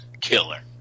killer